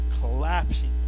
Collapsing